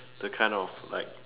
the kind of like